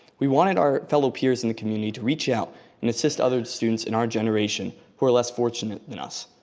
we wanted our fellow peers in the community to reach out and assist other students in our generation who were less fortunate than us.